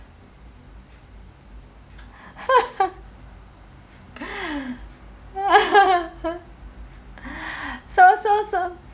so so so